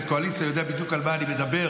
קואליציה ויודע בדיוק על מה אני מדבר.